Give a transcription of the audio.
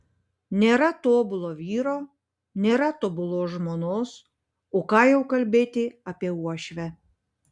nėra tobulo vyro nėra tobulos žmonos o ką jau kalbėti apie uošvę